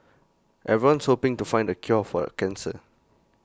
everyone's hoping to find the cure for cancer